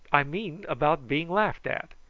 i mean about being laughed at!